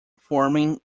forming